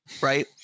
right